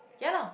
ya lah